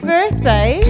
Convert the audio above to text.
Birthday